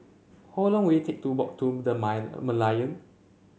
how long will it take to walk to The Merlion